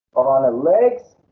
legs.